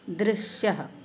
दृश्यः